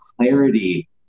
clarity